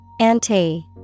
Ante